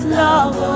love